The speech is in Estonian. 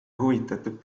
huvitatud